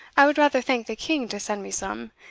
i would rather thank the king to send me some,